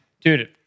dude